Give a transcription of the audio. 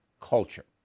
culture